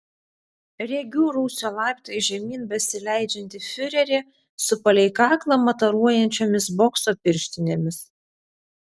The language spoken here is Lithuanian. regiu rūsio laiptais žemyn besileidžiantį fiurerį su palei kaklą mataruojančiomis bokso pirštinėmis